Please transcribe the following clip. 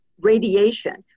radiation